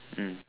mm